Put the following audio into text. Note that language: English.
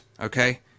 okay